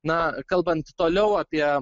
na kalbant toliau apie